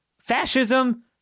fascism